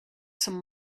some